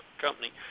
company